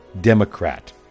Democrat